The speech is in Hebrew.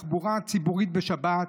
בתחבורה הציבורית בשבת,